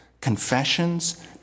confessions